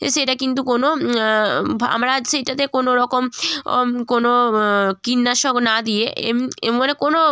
সেটা কিন্তু কোনো ভা আমরা সেইটাতে কোনো রকম ওম কোনো কীটনাশক না দিয়ে এম এ মানে কোনো